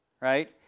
Right